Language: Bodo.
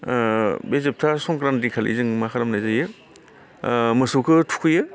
ओ बे जोबथा संख्रान्थिखालि जों मा खालामनाय जायो ओ मोसौखौ थुखैयो